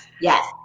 yes